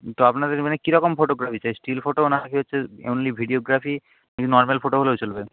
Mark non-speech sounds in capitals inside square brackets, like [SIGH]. তো আপনাদের মানে কী রকম ফটোগ্রাফি চাই স্টিল ফটো না কি হচ্ছে এমনি ভিডিওগ্রাফি [UNINTELLIGIBLE] নর্মাল ফটো হলেও চলবে